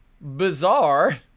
bizarre